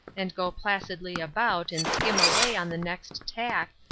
and go placidly about and skim away on the next tack,